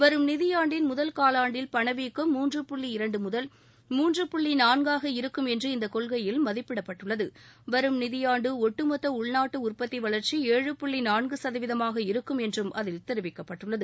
வரும் நிதியாண்டின் முதல் காலாண்டில் பணவீக்கம் மூன்று புள்ளி இரண்டு முதல் மூன்று புள்ளி நான்காக இருக்கும் என்று இந்த கொள்கையில் மதிப்பிடப்பட்டுள்ளது வரும் நிதியாண்டு ஒட்டுமொத்த உள்நாட்டு உற்பத்தி வளர்ச்சி ஏழு புள்ளி நான்கு சதவீதமாக இருக்கும் என்றும் அதில் தெரிவிக்கப்பட்டுள்ளது